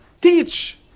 teach